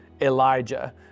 elijah